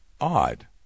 odd